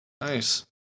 Nice